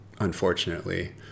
unfortunately